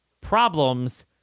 problems